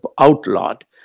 outlawed